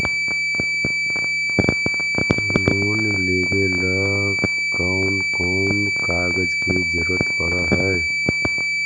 Loan लेबे ल कैन कौन कागज के जरुरत पड़ है?